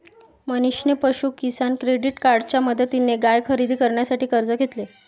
मनीषने पशु किसान क्रेडिट कार्डच्या मदतीने गाय खरेदी करण्यासाठी कर्ज घेतले